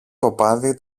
κοπάδι